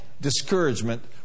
discouragement